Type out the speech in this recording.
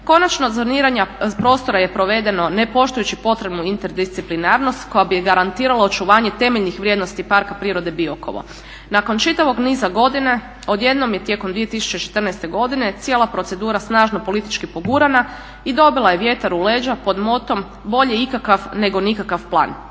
Konačno zoniranje prostora je provedeno ne poštujući potrebnu interdisciplinarnost koja bi garantirala očuvanje temeljnih vrijednosti Parka prirode Biokovo. Nakon čitavog niza godina odjednom je tijekom 2014. godine cijela procedura snažno politički pogurana i dobila je vjetar u leđa pod motom bolje ikakav nego nikakav plan.